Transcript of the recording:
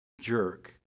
jerk